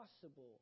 possible